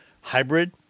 hybrid